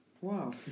wow